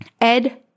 Ed